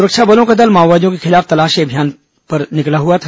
सुरक्षा बलों का दल माओवादियों के खिलाफ तलाशी अभियान चला रहा था